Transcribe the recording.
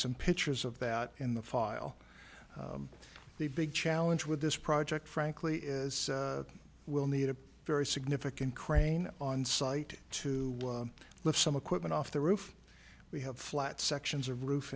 some pictures of that in the file the big challenge with this project frankly is we'll need a very significant crane on site to lift some equipment off the roof we have flat sections of roof